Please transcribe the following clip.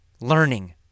learning